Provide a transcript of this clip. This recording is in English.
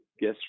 guess